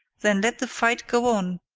then let the fight go on,